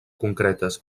concretes